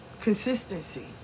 Consistency